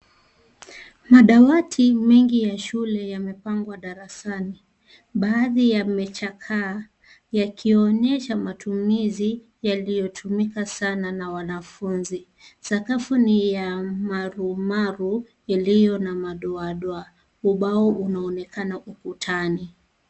Madawati mengi ya shule yamepangwa darasani. Baadhi yamechakaa yakionesha matumizi yaliyotumika sana na wanafunzi. Sakafu ni ya marumaru iliyo na madoadoa. Ubao unaonekana ukutani.